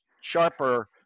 sharper